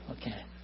Okay